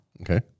okay